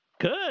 good